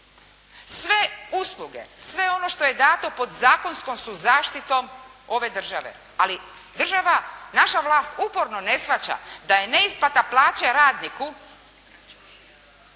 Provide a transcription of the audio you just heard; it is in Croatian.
Sve usluge, sve ono što je dato pod zakonskom su zaštitom ove države, ali država, naša vlast uporno ne shvaća da je neisplata plaće radniku